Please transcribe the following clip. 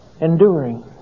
Enduring